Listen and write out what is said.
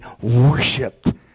worshipped